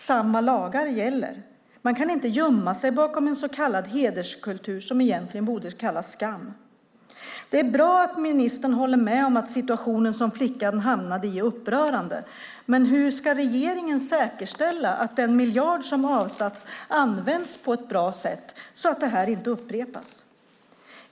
Samma lagar gäller. Man kan inte gömma sig bakom en så kallad hederskultur som egentligen borde kallas skam. Det är bra att ministern håller med om att den situation som flickan hamnade i är upprörande. Men hur ska regeringen säkerställa att den miljard som avsatts används på ett bra sätt, så att det här inte upprepas?